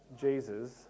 Jesus